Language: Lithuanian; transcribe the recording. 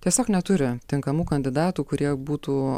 tiesiog neturi tinkamų kandidatų kurie būtų